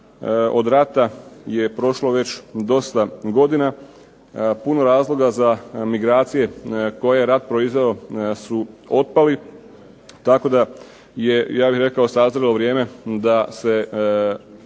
od rata je prošlo već dosta godina. Puno razloga za migracije koje je rat proizveo su otpali, tako da je ja bih rekao sazrelo vrijeme da se